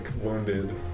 wounded